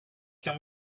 can